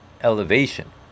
elevation